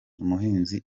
umuhanzi